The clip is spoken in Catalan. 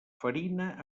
farina